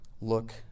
look